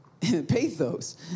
Pathos